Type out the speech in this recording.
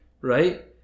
right